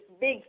big